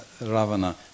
Ravana